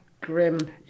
grim